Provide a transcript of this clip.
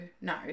no